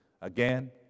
Again